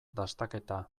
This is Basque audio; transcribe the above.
dastaketa